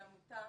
כן, זו עמותה